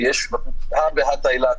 הא בהא תליה,